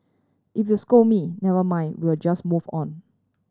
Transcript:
if you scold me never mind we'll just move on